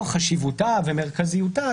לאור חשיבותה ומרכזיותה,